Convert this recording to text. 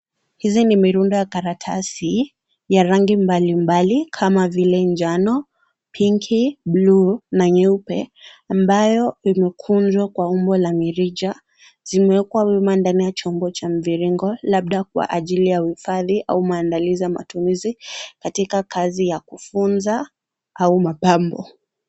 Hizi ni mirundo ya karatasi ya rangi mbalimbali, kama vile: njano, pink , bluu na nyeupe; ambayo imekunjwa kwa umbo la mirija. Zimewekwa wima ndani ya chombo cha mviringo labda kwa ajili ya uhifadhi au maandalizi ya matumizi katika kazi ya kufunza au mapambo.